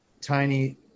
tiny